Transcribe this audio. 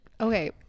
Okay